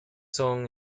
son